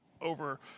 over